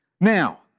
Now